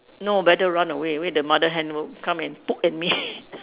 no better run away wait the mother hen will come and poke at me